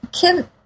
Kim